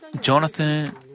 Jonathan